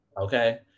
Okay